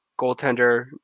goaltender